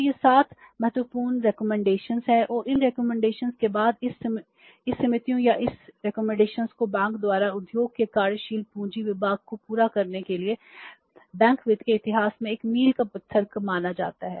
तो ये सात महत्वपूर्ण सिफारिशें को पूरा करने के लिए बैंक वित्त के इतिहास में एक मील का पत्थर माना जाता है